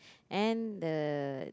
and the